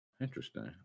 Interesting